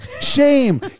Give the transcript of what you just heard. shame